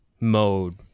mode